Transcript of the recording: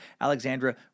Alexandra